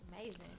amazing